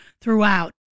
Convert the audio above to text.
throughout